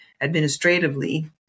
administratively